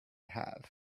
have